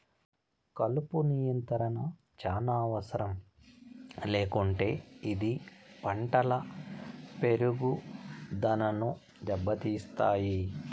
కలుపు నియంత్రణ చానా అవసరం లేకుంటే ఇది పంటల పెరుగుదనను దెబ్బతీస్తాయి